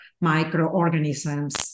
microorganisms